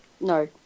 No